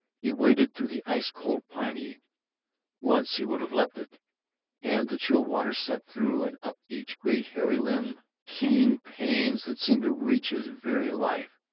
he waded through the ice-cold piney once he would have leaped it and the chill water sent through and up each great hairy limb keen pains that seemed to reach his very life.